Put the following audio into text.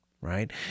Right